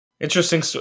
Interesting